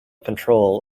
control